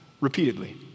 repeatedly